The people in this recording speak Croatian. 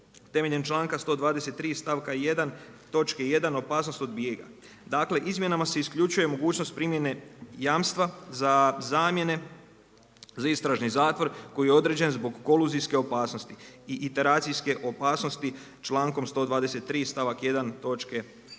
temeljem članka 123. stavka 1. točke 1. opasnost od bijega. Dakle izmjenama se isključuje mogućnost primjene jamstva za zamjene za istražni zatvor koji je određen zbog koluzijske opasnosti i iteracijske opasnosti člankom 123. stavak 1.